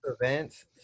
events